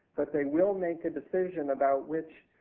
but they will make a decision about which